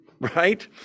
right